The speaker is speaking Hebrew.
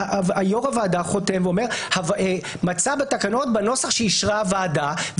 יו"ר הוועדה חותם ואומר: מצא בתקנות בנוסח שאישרה הוועדה,